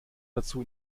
dazu